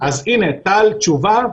אז הנה, טל, תשובה.